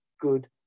good